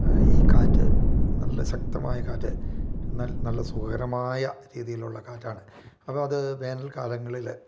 ഈ കാറ്റ് നല്ല ശക്തമായ കാറ്റ് നല്ല സുഖകരമായ രീതിയിൽ ഉള്ള കാറ്റാണ് അപ്പം അത് വേനൽ കാലങ്ങളിൽ